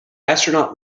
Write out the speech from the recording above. astronaut